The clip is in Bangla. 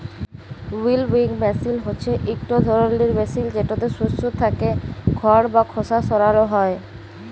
উইলউইং মেসিল হছে ইকট ধরলের মেসিল যেটতে শস্য থ্যাকে খড় বা খোসা সরানো হ্যয়